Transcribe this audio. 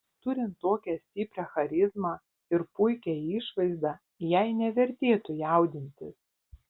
turint tokią stiprią charizmą ir puikią išvaizdą jai nevertėtų jaudintis